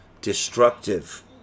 destructive